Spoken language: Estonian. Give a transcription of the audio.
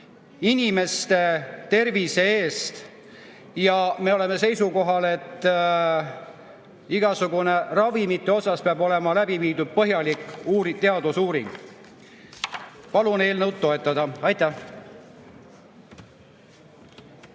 inimeste tervise eest ja me oleme seisukohal, et igasuguste ravimite osas peab olema läbi viidud põhjalik teadusuuring. Palun eelnõu toetada! Jah,